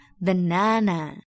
banana